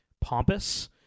pompous